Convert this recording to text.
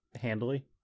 handily